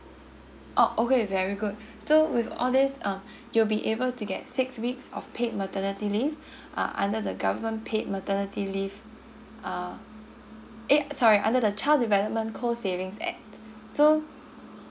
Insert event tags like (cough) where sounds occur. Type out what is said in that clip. oh okay very good (breath) so with all these uh you'll be able to get six weeks of paid maternity leave (breath) uh under the government paid maternity leave uh eh sorry under the child development co savings act so